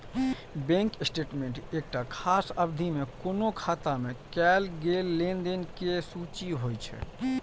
bank statement एकटा खास अवधि मे कोनो खाता मे कैल गेल लेनदेन के सूची होइ छै